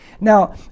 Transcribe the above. Now